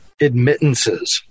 admittances